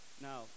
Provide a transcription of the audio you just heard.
Now